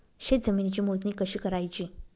शेत जमिनीची मोजणी कशी करायची?